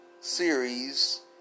series